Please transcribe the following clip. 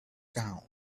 count